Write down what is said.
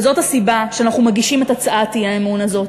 וזאת הסיבה שאנחנו מגישים את הצעת האי-אמון הזאת: